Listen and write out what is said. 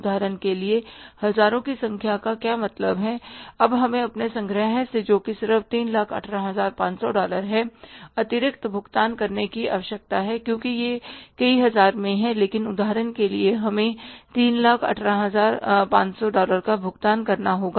उदाहरण के लिए हजारों की संख्या का क्या मतलब है कि अब हमें अपने संग्रह से जोकि सिर्फ 318500 डॉलर है अतिरिक्त भुगतान करने की आवश्यकता है क्योंकि यह कई हजार में है लेकिन उदाहरण के लिए हमें 318500 डॉलर का भुगतान करना होगा